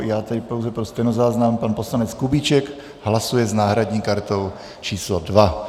Já tedy pouze pro stenozáznam pan poslanec Kubíček hlasuje s náhradní kartou číslo 2.